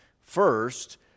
First